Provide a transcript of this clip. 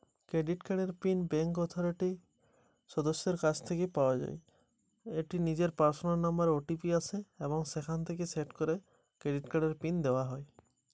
Credit কার্ডের pin কিভাবে পাওয়া যাবে?